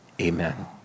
Amen